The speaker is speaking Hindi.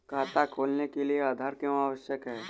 खाता खोलने के लिए आधार क्यो आवश्यक है?